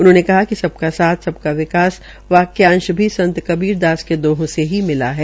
उन्होंने कहा कि सबका साथ सबका विकास वाक्यांश भी भी संत कबीर के दोहों से मिला है